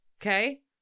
Okay